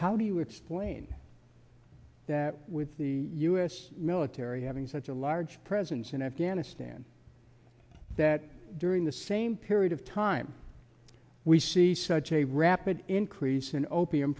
how do you explain that with the u s military having such a large presence in afghanistan that during the same period of time we see such a rapid increase in opium